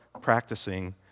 practicing